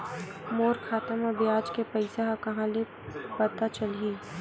मोर खाता म ब्याज के पईसा ह कहां ले पता चलही?